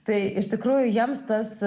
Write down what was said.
tai iš tikrųjų jiems tas